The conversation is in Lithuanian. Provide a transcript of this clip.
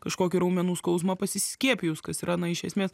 kažkokį raumenų skausmą pasiskiepijus kas yra na iš esmės